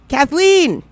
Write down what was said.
Kathleen